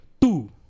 two